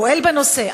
פועל בנושא,